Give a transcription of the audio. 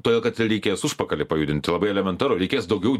todėl kad reikės užpakalį pajudinti labai elementaru reikės daugiau